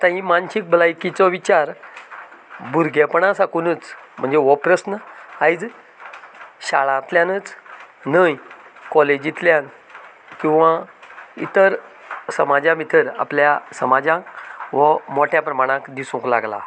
आता ही मानसीक भलायकेचो विचार भुरगेंपणांसाकूनच म्हणजे हो प्रस्न आयज शाळांतल्यानच न्हय कॉलेजिंतल्यान किंवां इतर समाजा भितर आपल्या समाजांक हो मोट्या प्रमाणांत दिसूंक लागलां